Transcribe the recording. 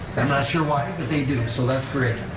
i'm not sure why, but they do, so that's great.